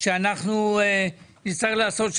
שנצטרך לעשות,